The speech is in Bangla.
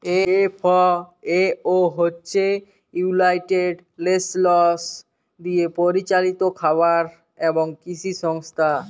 এফ.এ.ও হছে ইউলাইটেড লেশলস দিয়ে পরিচালিত খাবার এবং কিসি সংস্থা